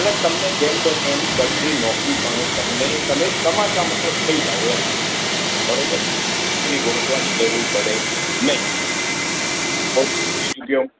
એટલે તમને જેમ બને એમ જલ્દી નોકરી પણ તમને તમે જ કમાતા મતલબ થઈ જાવ એમ બરાબર નોકરી ગોતવાની જરૂર પડે નહીં કોઈ પણ એની જે